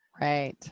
Right